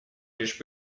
лишь